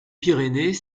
pyrénées